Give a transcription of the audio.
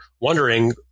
wondering